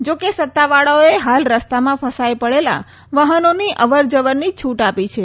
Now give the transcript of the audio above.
જો કે સત્તાવાળાઓએ હાલ રસ્તામાં ફસાઈ પડેલા વાહનોની જ અવર જવરની છુટ આપી છે